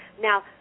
Now